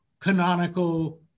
canonical